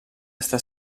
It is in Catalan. està